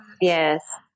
yes